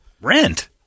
Rent